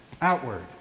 outward